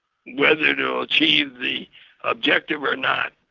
whether they'll achieve the objective or not